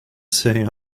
saying